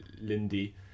Lindy